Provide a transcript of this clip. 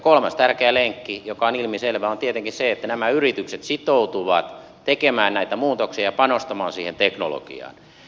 kolmas tärkeä lenkki joka on ilmiselvä on tietenkin se että nämä yritykset sitoutuvat tekemään näitä muutoksia ja panostamaan siihen teknologiaan